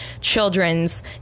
children's